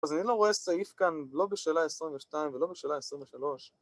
‫אז אני לא רואה סעיף כאן ‫לא בשאלה 22 ולא בשאלה 23.